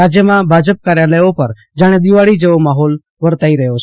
રાજયમાં ભાજપ કાર્યાલયો પર જાણે દિવાળી જેવો માહોલ વર્તાઈ રહ્યો છે